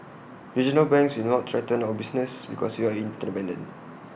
regional banks will not threaten our business because we are interdependent